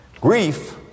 Grief